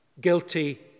guilty